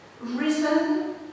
risen